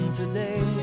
today